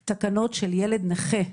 את התקנות של ילד נכה.